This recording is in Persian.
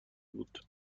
بود